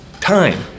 time